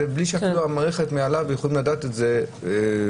וזה בלי שאפילו שהמערכת מעליו יכולים לדעת את זה בשקיפות.